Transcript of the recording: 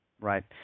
Right